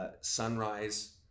sunrise